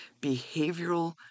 behavioral